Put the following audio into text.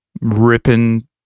ripping